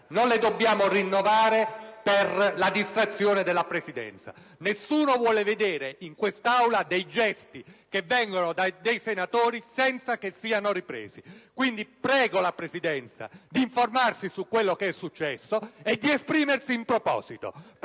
non le dobbiamo rinnovare per la distrazione della Presidenza. Nessuno vuole vedere in quest'Aula dei gesti, che vengono da dei senatori, senza che siano ripresi. Quindi prego la Presidenza di informarsi su quello che è successo e di esprimersi in proposito.